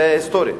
זה היסטורי.